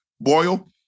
Boyle